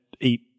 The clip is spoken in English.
eat